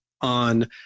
on